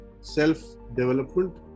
self-development